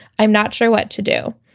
i'm not sure what to do.